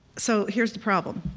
so here's the problem.